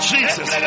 Jesus